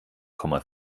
komma